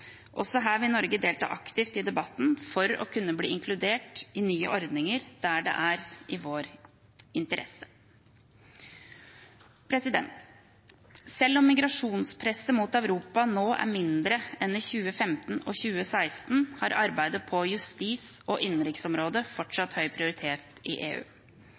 Også her vil Norge delta aktivt i debatten for å kunne bli inkludert i nye ordninger der det er i vår interesse. Selv om migrasjonspresset mot Europa nå er mindre enn i 2015 og 2016, har arbeidet på justis- og innenriksområdet fortsatt høy prioritet i EU.